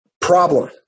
Problem